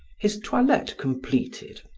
his toilette completed,